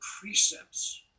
precepts